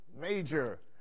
major